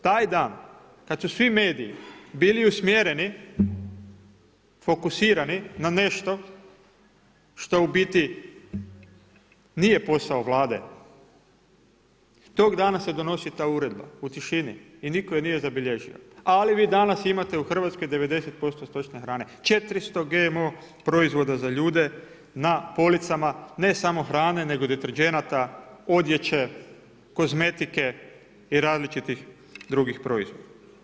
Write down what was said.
Taj dan kad su svi mediji bili usmjereni, fokusirani na nešto što u biti nije posao Vlade, tog danas se donosi ta uredba, u tišini i nitko je nije zabilježio ali vi danas imate u Hrvatskoj 90% stočne hrane, 400 GMO proizvoda za ljude na policama ne samo hrane nego i deterdženata, odjeće, kozmetike i različitih drugih proizvoda.